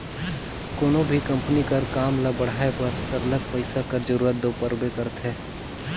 कोनो भी कंपनी कर काम ल बढ़ाए बर सरलग पइसा कर जरूरत दो परबे करथे